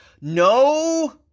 no